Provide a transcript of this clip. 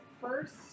first